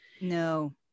No